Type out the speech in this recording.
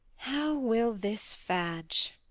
how will this fadge?